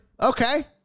Okay